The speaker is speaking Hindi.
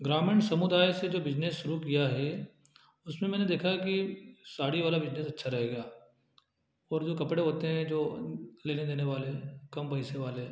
ग्रामीण समुदाय से जो बिजनेस शुरू किया है उसमें मैंने देखा है कि साड़ी वाला बिजनेस अच्छा रहेगा और जो कपड़े होते हैं जो लेने देने वाले कम पैसे वाले